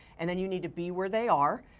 and then you need to be where they are,